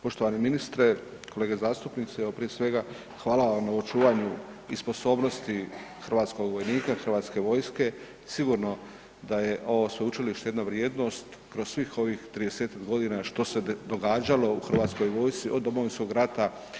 Poštovani ministre, kolege zastupnici, evo prije svega hvala vam na očuvanju i sposobnosti hrvatskog vojnika, Hrvatske vojske, sigurno da je ovo sveučilište jedna vrijednost kroz svih ovih 30-tak godina što se događalo u Hrvatskoj vojsci od Domovinskog rata.